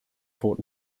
fort